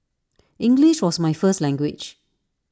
English was my first language